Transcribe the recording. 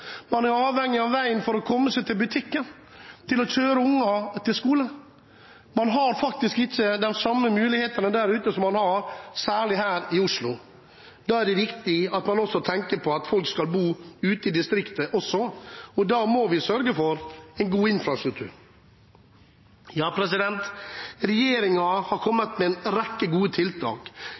Man er avhengig av veien for å komme seg på butikken og for å kjøre barna til skolen. Man har faktisk ikke de samme mulighetene der ute som man har særlig her i Oslo. Derfor er det viktig at man tenker på at folk skal bo ute i distriktet også, og da må vi sørge for en god infrastruktur. Regjeringen har kommet med en rekke gode tiltak